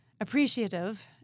appreciative